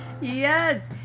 Yes